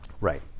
right